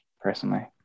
personally